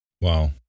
Wow